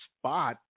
spot